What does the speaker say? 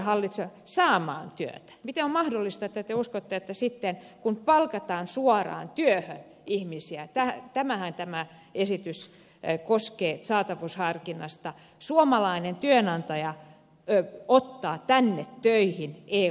miten on mahdollista että te uskotte että sitten kun palkataan suoraan työhön ihmisiä tätähän tämä esitys koskee saatavuusharkintaa suomalainen työnantaja ottaa tänne töihin eun ulkopuolelta